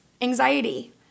anxiety